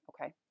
Okay